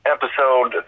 episode